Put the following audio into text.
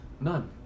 None